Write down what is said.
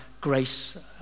grace